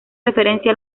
referencia